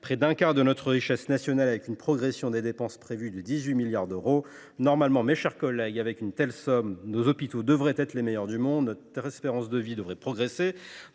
près d’un quart de notre richesse nationale, et une progression prévue de 18 milliards d’euros : normalement, mes chers collègues, avec une telle somme, nos hôpitaux devraient être les meilleurs du monde, notre espérance de vie progresser